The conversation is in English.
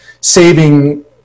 saving